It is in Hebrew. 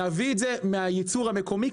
להביא את זה מהייצור המקומי,